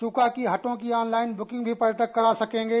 चूका की हटो की ऑनलाइन बुकिंग भी पर्यटक करा सकेंगे